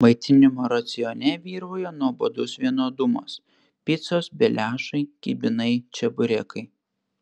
maitinimo racione vyrauja nuobodus vienodumas picos beliašai kibinai čeburekai